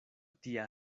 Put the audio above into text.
tia